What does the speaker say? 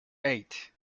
eight